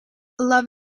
love